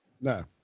No